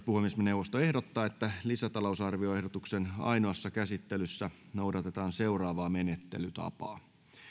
puhemiesneuvosto ehdottaa että lisätalousarvioehdotuksen ainoassa käsittelyssä noudatetaan seuraavaa menettelytapaa